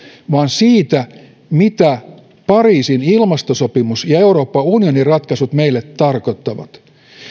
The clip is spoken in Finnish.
vaan siitä mitä pariisin ilmastosopimus ja euroopan unionin ratkaisut meille tarkoittavat